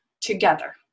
together